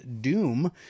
Doom